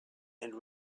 and